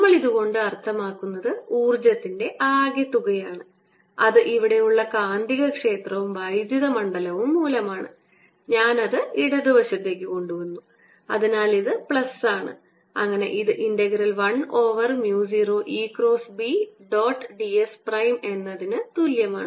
നമ്മൾ ഇതുകൊണ്ട് അർത്ഥമാക്കുന്നത് ഊർജ്ജത്തിന്റെ ആകെത്തുകയാണ് അത് ഇവിടെ ഉള്ള കാന്തികക്ഷേത്രവും വൈദ്യുത മണ്ഡലവും മൂലമാണ് ഞാൻ അത് ഇടത് വശത്തേക്ക് കൊണ്ടുവന്നു അതിനാൽ ഇത് പ്ലസ് ആണ് അങ്ങനെ ഇത് integral 1 over mu 0 E cross B dot ds prime എന്നതിന് തുല്യമാണ്